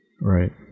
Right